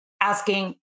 asking